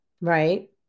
Right